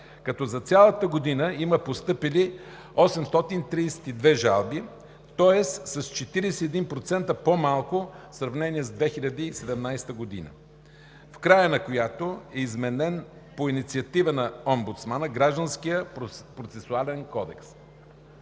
като за цялата година има постъпили 832 жалби, тоест с 41% по-малко в сравнение с 2017 г., в края на която е изменен – по инициатива на омбудсмана – Гражданският процесуален кодекс.